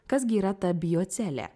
kas gi yra ta biocelė